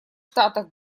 штатах